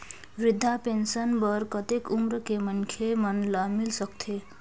वृद्धा पेंशन बर कतेक उम्र के मनखे मन ल मिल सकथे?